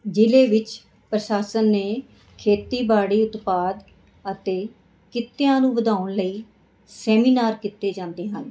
ਜ਼ਿਲ੍ਹੇ ਵਿੱਚ ਪ੍ਰਸ਼ਾਸਨ ਨੇ ਖੇਤੀਬਾੜੀ ਉਤਪਾਦ ਅਤੇ ਕਿੱਤਿਆਂ ਨੂੰ ਵਧਾਉਣ ਲਈ ਸੈਮੀਨਾਰ ਕੀਤੇ ਜਾਂਦੇ ਹਨ